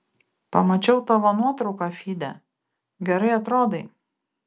pamačiau tavo nuotrauką fyde gerai atrodai